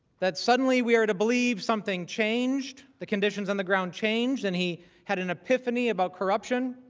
that suddenly we are to believe something changed the conditions on the ground changed and he had and epiphany about corruption,